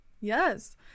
Yes